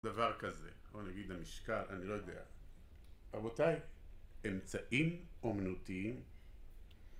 דבר כזה, בוא נגיד, המשקל, אני לא יודע רבותיי, אמצעים אומנותיים